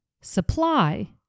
supply